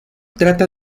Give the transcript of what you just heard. trata